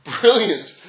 brilliant